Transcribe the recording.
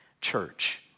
church